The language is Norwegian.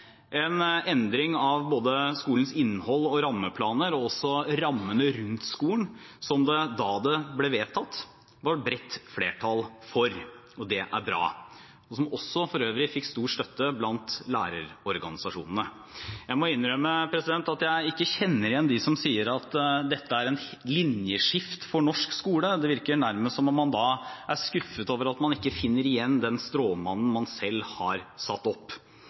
en endring av skolens innhold og rammeplaner og også rammene rundt skolen, som det, da det ble vedtatt, var bredt flertall for – og det er bra – og som for øvrig også fikk bred støtte blant lærerorganisasjonene. Jeg må innrømme at jeg ikke kjenner det igjen når noen sier at dette er et linjeskifte for norsk skole. Det virker nærmest som om man er skuffet over at man ikke finner igjen den stråmannen man selv har satt opp.